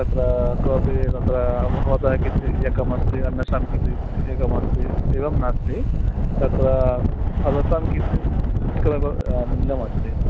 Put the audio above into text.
तत्र कोपि तत्र भवतः कृते एकमस्ति अन्येषां कृते एकमस्ति एवं नास्ति तत्र सर्वेषां कृते एकम् एव आनन्दमस्ति